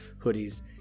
hoodies